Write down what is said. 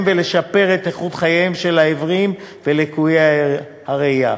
ולשפר את איכות חייהם של העיוורים ולקויי הראייה.